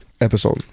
Episode